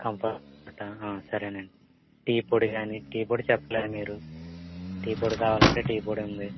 కంఫోర్టా సరేనండి టీ పొడి కాని టీ పొడి చెప్పలేదు మీరు టీ పొడి కావాలంటే టీ పొడి ఉంది